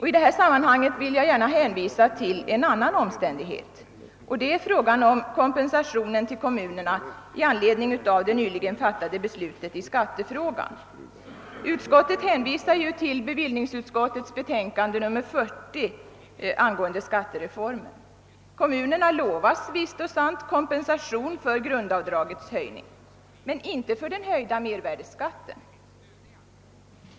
I detta sammanhang vill jag hänvisa till en annan omständighet, nämligen kompensationen till kommunerna i anledning av det nyligen fattade beslutet i skattefrågan. Utskottet hänvisar ju till bevillningsutskottets betänkande nr 40 angående skattereformen. Kommunerna lovas visst och sant kompensation för grundavdragets höjning. Men inte för den höjda mervärdeskatten!